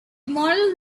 model